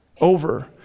over